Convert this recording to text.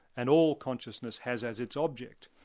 and all consciousness has as its object,